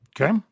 Okay